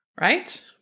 right